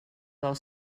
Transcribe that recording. del